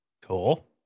Cool